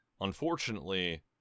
Unfortunately